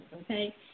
okay